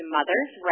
Mother's